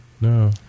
no